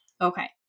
Okay